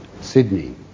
Sydney